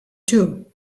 too